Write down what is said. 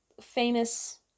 famous